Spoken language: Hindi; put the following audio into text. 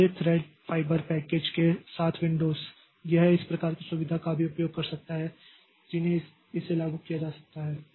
इसलिए थ्रेड फाइबर पैकेज के साथ विंडोज़ यह इस प्रकार की सुविधा का भी उपयोग कर सकता है जिसमें इसे लागू किया जा सकता है